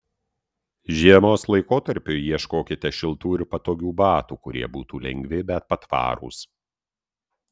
žiemos laikotarpiui ieškokite šiltų ir patogių batų kurie būtų lengvi bet patvarūs